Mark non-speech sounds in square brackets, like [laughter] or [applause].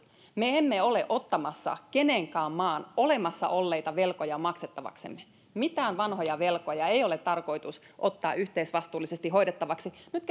me emme ole ottamassa kenenkään maan olemassa olleita velkoja maksettavaksemme mitään vanhoja velkoja ei ole tarkoitus ottaa yhteisvastuullisesti hoidettavaksi nyt [unintelligible]